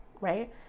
right